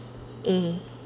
mm